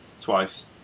twice